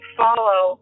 follow